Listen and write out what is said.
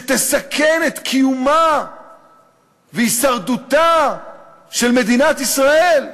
שתסכן את קיומה והישרדותה של מדינת ישראל,